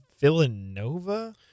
Villanova